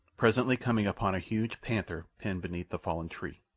presently coming upon a huge panther pinned beneath a fallen tree.